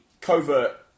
covert